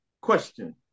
question